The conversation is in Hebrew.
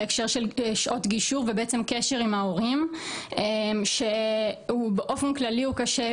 בהקשר של שעות גישור ובעצם קשר עם ההורים שהוא באופן כללי הוא קשה